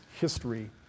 history